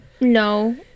No